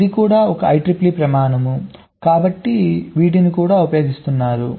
ఇది కూడా ఒక IEEE ప్రమాణం కాబట్టి వీటిని కూడా ఉపయోగిస్తున్నారు